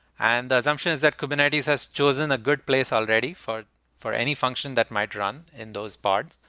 and the assumptions is that kubernetes has chosen a good place already for for any function that might run in those parts.